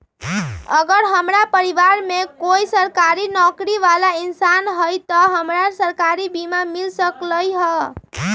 अगर हमरा परिवार में कोई सरकारी नौकरी बाला इंसान हई त हमरा सरकारी बीमा मिल सकलई ह?